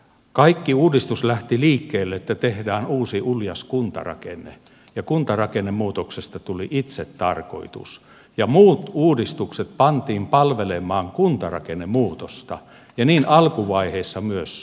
kaikki uudistus lähti liikkeelle siitä että tehdään uusi uljas kuntarakenne kuntarakennemuutoksesta tuli itsetarkoitus ja muut uudistukset pantiin palvelemaan kuntarakennemuutosta ja niin alkuvaiheessa myös sote